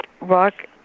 rock